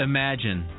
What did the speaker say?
Imagine